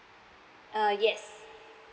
uh yes